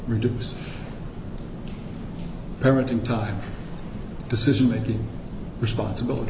reduce parenting time decision making responsibility